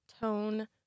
tone